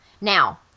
Now